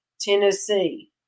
Tennessee